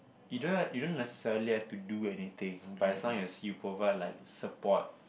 you don't you don't necessarily have to do anything but as long as you provide like support